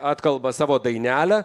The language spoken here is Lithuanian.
atkalba savo dainelę